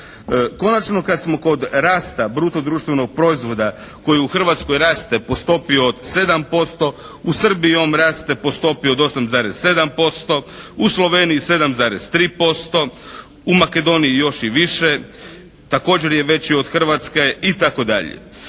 Konačno, kad smo kod rasta bruto društvenog proizvoda koji u Hrvatskoj raste po stopi od 7% u Srbiji on raste po stopi od 8,7%, u Sloveniji 7,3%, u Makedoniji još i više, također je veći od Hrvatske itd.